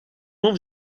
nom